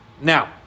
Now